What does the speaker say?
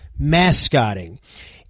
Mascotting